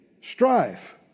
strife